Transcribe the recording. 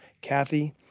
Kathy